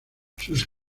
sus